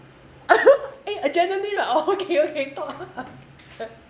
eh adrenaline right orh okay okay talk